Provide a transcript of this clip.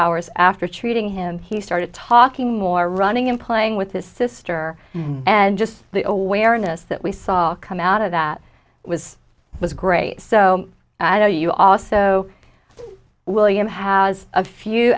hours after treating him and he started talking more running and playing with his sister and just the awareness that we saw come out of that was it was great so i know you also william has a few